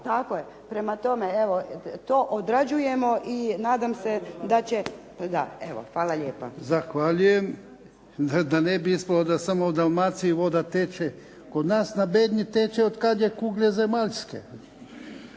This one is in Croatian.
Tako je. Prema tome evo, to odrađujemo i nadam se da će da, evo. Hvala lijepa. **Jarnjak, Ivan (HDZ)** Zahvaljujem. Da ne bi ispalo da samo u Dalmaciji voda teče, kod nas na Bednji teče otkad je kugle zemaljske.